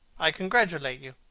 i congratulate you.